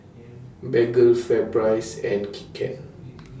Bengay FairPrice and Kit Kat